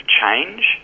change